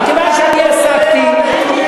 אם אתה רוצה לשמוע,